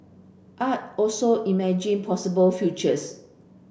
art also imagine possible futures